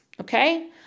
Okay